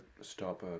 stop